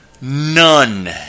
None